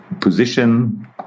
position